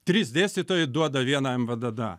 trys dėstytojai duoda vieną em vdda